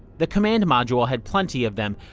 the command module had plenty of them,